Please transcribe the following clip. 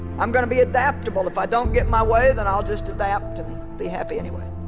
i'm gonna be adaptable. if i don't get my way then i'll just adapt and be happy anyway